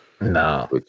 No